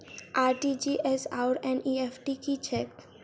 RTGS आओर NEFT की छैक?